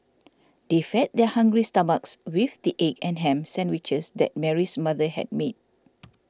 they fed their hungry stomachs with the egg and ham sandwiches that Mary's mother had made